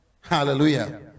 hallelujah